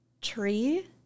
Tree